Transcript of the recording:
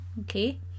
okay